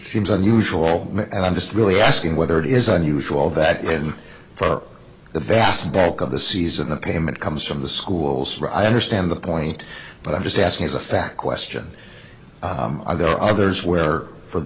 seems unusual and i'm just really asking whether it is unusual that and for the vast bulk of the season the payment comes from the schools for i understand the point but i'm just asking as a fact question there are others where for